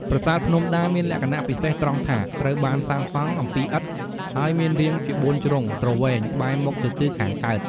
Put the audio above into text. ប្រាសាទភ្នំដាមានលក្ខណៈពិសេសត្រង់ថា ត្រូវបានសាងសង់អំពីឥដ្ឋ ហើយមានរាងជាបួនជ្រុងទ្រវែងបែរមុខទៅទិសខាងកើត។